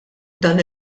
dan